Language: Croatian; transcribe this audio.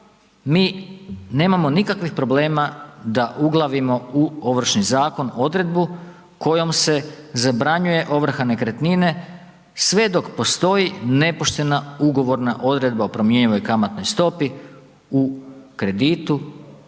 mi nemamo nikakvih problema da uglavimo u Ovršni zakon odredbu kojom se zabranjuje ovrha nekretnine sve dok postoji nepoštena ugovorna odredba o promjenjivoj kamatnoj stopi u kreditu